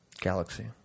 galaxy